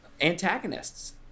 antagonists